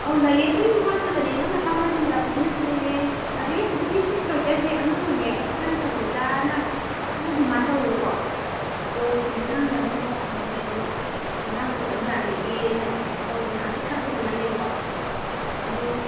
ꯑꯧ ꯂꯩꯌꯦ ꯂꯣꯏ ꯋꯥꯠꯇꯕꯅꯦ ꯅꯪꯅ ꯑꯄꯥꯝꯕ ꯁꯤ ꯃꯣꯖꯥ ꯐꯨꯔꯤꯠꯁꯤꯅ ꯁꯤ ꯂꯩꯔꯦ ꯑꯗꯒꯤ ꯍꯧꯖꯤꯛꯀꯤ ꯁꯤ ꯁ꯭ꯋꯦꯠꯇꯔꯁꯦ ꯑꯉꯥꯡꯅꯅꯦ ꯍꯧꯖꯤꯛꯀꯥꯟ ꯂꯩꯁꯥꯕꯤ ꯃꯆꯥꯅ ꯌꯥꯝ ꯀꯟꯅ ꯗꯤꯃꯥꯟ ꯇꯧꯋꯦꯕꯀꯣ ꯑꯗꯣ ꯉꯔꯥꯡꯗ ꯑꯅꯧꯕ ꯂꯥꯛꯄꯅꯦ ꯑꯗꯣ ꯉꯔꯥꯡꯗ ꯑꯣꯟꯂꯥꯏꯟꯗꯒꯤ ꯑꯩꯅ ꯀꯩꯅꯣ ꯇꯧꯕꯅꯦ ꯑꯥꯗꯩ ꯊꯥꯔꯛꯄꯗ ꯉꯥꯏꯅꯦꯕꯀꯣ ꯑꯗꯣ